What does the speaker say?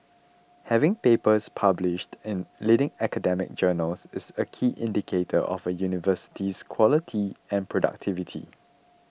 having papers published in leading academic journals is a key indicator of a university's quality and productivity